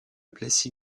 plessis